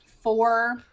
four